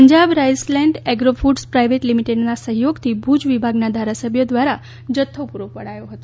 Punjab Riceland Agrofoods private લિમિટેડના સહયોગથી ભુજ વિભાગના ધારાસભ્ય દ્વારા જથ્થો પુરો પડાયો હતો